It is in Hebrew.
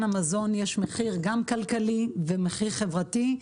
המזון יש גם מחיר כלכלי וגם מחיר חברתי,